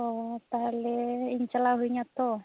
ᱚ ᱛᱟᱦᱚᱞᱮ ᱤᱧ ᱪᱟᱞᱟᱣ ᱦᱩᱭ ᱟᱹᱧᱟᱹ ᱛᱚ